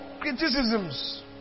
criticisms